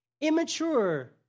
Immature